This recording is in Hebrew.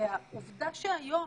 העובדה שהיום